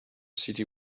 city